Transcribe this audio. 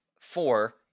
four